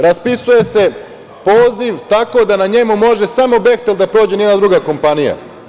Raspisuje se poziv tako da na njemu može samo „Behtel“da prođe, nijedna druga kompanija.